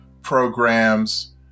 programs